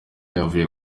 yavuye